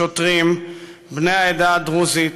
שוטרים בני העדה הדרוזית,